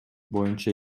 боюнча